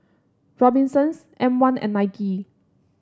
Robinsons M one and Nike